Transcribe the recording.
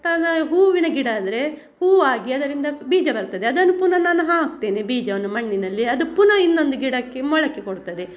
ತನ ಹೂವಿನ ಗಿಡ ಅಂದರೆ ಹೂವಾಗಿ ಅದರಿಂದ ಬೀಜ ಬರ್ತದೆ ಅದನ್ನು ಪುನಃ ನಾನು ಹಾಕ್ತೇನೆ ಬೀಜವನ್ನು ಮಣ್ಣಿನಲ್ಲಿ ಅದು ಪುನಃ ಇನ್ನೊಂದು ಗಿಡಕ್ಕೆ ಮೊಳಕೆ ಕೊಡ್ತದೆ